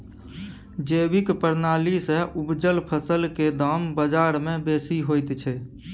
जैविक प्रणाली से उपजल फसल के दाम बाजार में बेसी होयत छै?